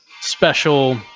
special